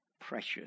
precious